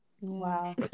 wow